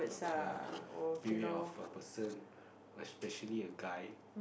ya beware of a person especially a guy